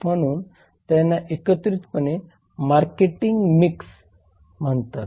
म्हणून त्यांना एकत्रितपणे मार्केटिंग मिक्स म्हणतात